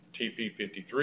TP53